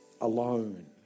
Alone